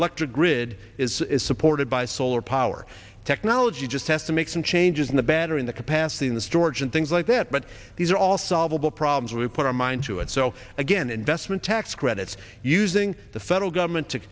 electric grid is supported by solar power technology just has to make some changes in the battery in the capacity in the storage and things like that but these are all solvable problems we put our mind to and so again investment tax credits using the federal government to